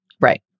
Right